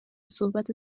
صحبت